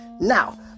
Now